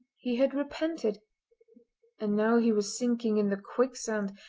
he had repented and now he was sinking in the quicksand!